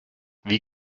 wie